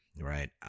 right